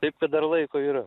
taip kad dar laiko yra